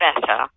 better